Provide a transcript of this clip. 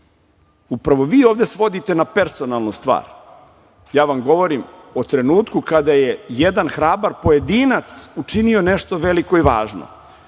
veći. Upravo vi ovde svodite na personalnu stvar. Ja vam govorim o trenutku kada je jedan hrabar pojedinac učinio nešto veliko i važno.